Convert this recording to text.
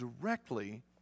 directly